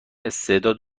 استعداد